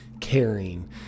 caring